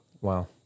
Wow